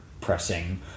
pressing